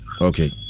Okay